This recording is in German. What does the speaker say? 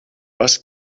was